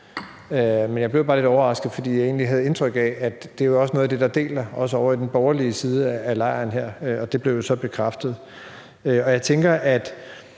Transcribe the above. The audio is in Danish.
Men jeg blev bare lidt overrasket, fordi jeg egentlig havde indtryk af, at det også er noget af det, der deler ovre i den borgerlige side af lejren her, og det blev jo så bekræftet. Men jeg ser da